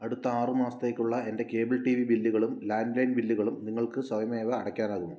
അടുത്ത ആറ് മാസത്തേക്കുള്ള എൻ്റെ കേബിൾ ടി വി ബില്ലുകളും ലാൻഡ്ലൈൻ ബില്ലുകളും നിങ്ങൾക്ക് സ്വയമേവ അടയ്ക്കാനാകുമോ